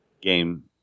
Game